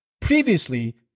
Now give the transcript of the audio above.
Previously